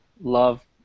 Love